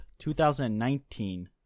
2019